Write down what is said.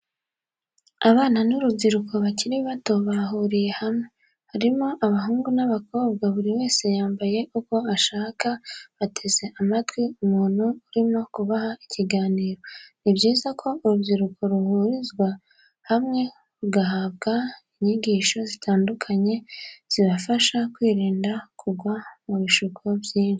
Abana n'urubyiruko bakiri bato bahuriye hamwe, harimo abahungu n'abakobwa buri wese yambaye uko ashaka bateze amatwi umuntu urimo kubaha ikiganiro. Ni byiza ko urubyiruko ruhurizwa hamwe rugahabwa inyigisho zitandukanye zibafasha kwirinda kugwa mu bishuko byinshi.